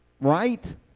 right